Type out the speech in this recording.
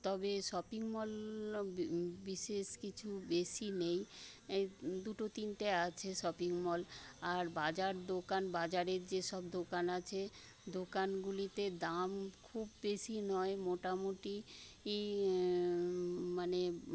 তবে shopping mall বিশেষ কিছু বেশি নেই দুটো তিনটে আছে শপিং মল আর বাজার দোকান বাজারের যেসব দোকান আছে দোকানগুলিতে দাম খুব বেশি নয় মোটামোটি মানে